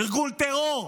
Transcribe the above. ארגון טרור,